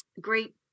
great